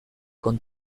con